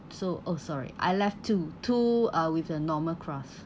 so oh sorry I left two two uh with the normal crust